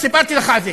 סיפרתי לך על זה,